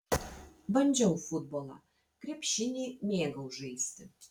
bandžiau futbolą krepšinį mėgau žaisti